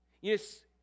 Yes